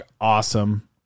awesome